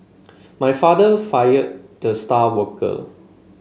my father fired the star worker